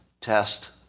Test